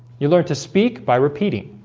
you learn to speak by repeating.